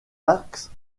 axes